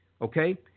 Okay